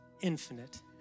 infinite